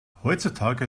heutzutage